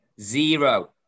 Zero